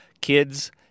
kids